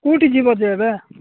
କୋଉଠି ଯିବ ଯେ ଏବେ